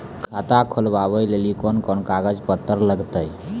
खाता खोलबाबय लेली कोंन कोंन कागज पत्तर लगतै?